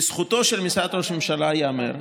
לזכותו של משרד ראש הממשלה ייאמר,